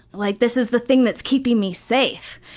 like, this is the thing that's keeping me safe.